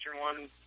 one